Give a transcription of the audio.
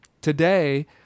Today